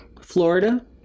Florida